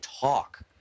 talk